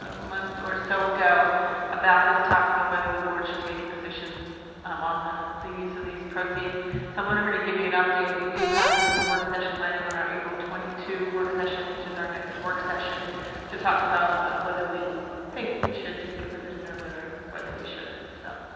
ah month or so ago about this topic and whether the board should take a position um on the the use of these proceeds so i wanted her to give you an update. we do have this as a work session item on our april twenty two work session which is our next work session to talk about ah whether we think we should take a position or whether we we should and so